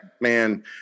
man